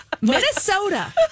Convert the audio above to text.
Minnesota